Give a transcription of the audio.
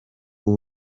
w’u